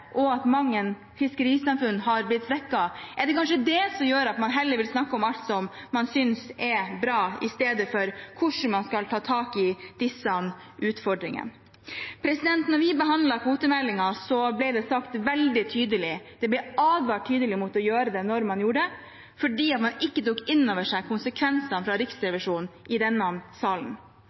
og at mange fiskerisamfunn er blitt svekket? Er det kanskje det som gjør at man heller vil snakke om alt man synes er bra, i stedet for hvordan man skal ta tak i disse utfordringene? Da vi behandlet kvotemeldingen, ble det advart tydelig mot å gjøre det man gjorde, fordi man ikke tok inn over seg konsekvensene Riksrevisjonen peker på, i denne salen.